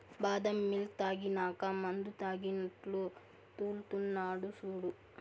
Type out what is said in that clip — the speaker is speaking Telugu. బాదం మిల్క్ తాగినాక మందుతాగినట్లు తూల్తున్నడు సూడు